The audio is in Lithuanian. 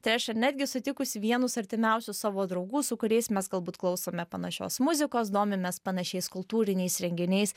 tai reiškia netgi sutikus vienus artimiausių savo draugų su kuriais mes galbūt klausome panašios muzikos domimės panašiais kultūriniais renginiais